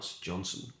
Johnson